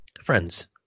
Friends